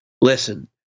Listen